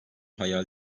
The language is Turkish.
hayal